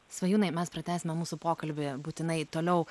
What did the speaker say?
svajūnai mes pratęsime mūsų pokalbį būtinai toliau